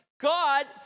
God